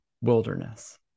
wilderness